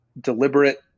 deliberate